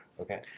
Okay